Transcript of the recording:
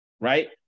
Right